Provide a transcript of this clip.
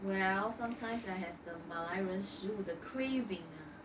well sometimes I have the 马来人 the 食物 the craving ah